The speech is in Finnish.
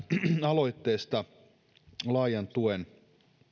aloitteesta